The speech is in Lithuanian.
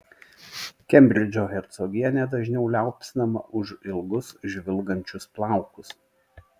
kembridžo hercogienė dažniau liaupsinama už ilgus žvilgančius plaukus